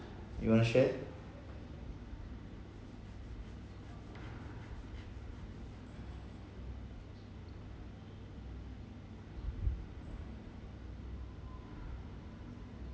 you wanna share